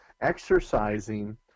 exercising